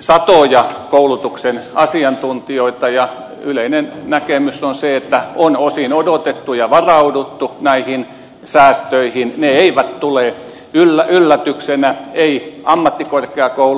satoja koulutuksen asiantuntijoita ja yleinen näkemys on se että on osin odotettu ja varauduttu näihin säästöihin ne eivät tule yllätyksenä eivät ammattikorkea koulukentällekään